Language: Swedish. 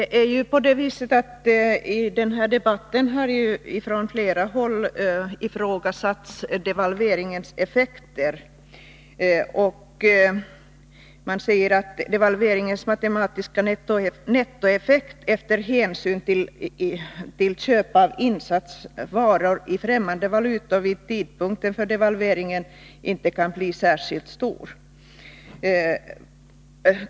Fru talman! I denna debatt har från flera håll devalveringens effekter Torsdagen den ifrågasatts. Man säger att devalveringens matematiska nettoeffekt, sedan 19 maj 1983 hänsyn tagits till köp av insatsvaror i främmande valutor vid tidpunkten för devalveringen, inte kan bli särskilt stor.